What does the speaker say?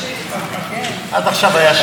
חברי הכנסת,